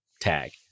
tag